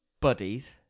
Buddies